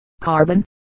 Carbon